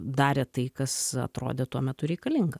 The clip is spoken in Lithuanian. darė tai kas atrodė tuo metu reikalinga